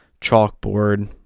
chalkboard